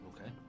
Okay